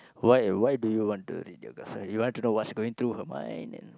why why do you want to read your girlfriend you want to know what's going through her mind and